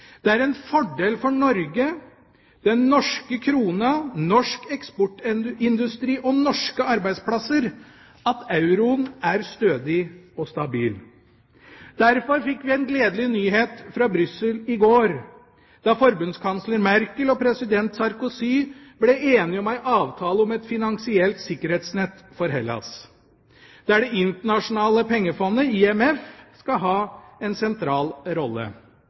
Det er en fordel for Norge, den norske krona, norsk eksportindustri og norske arbeidsplasser at euroen er stødig og stabil. Derfor fikk vi en gledelig nyhet fra Brussel i går da forbundskansler Merkel og president Sarkozy ble enige om en avtale om et finansielt sikkerhetsnett for Hellas, der Det internasjonale pengefond, IMF, skal ha en sentral rolle.